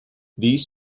these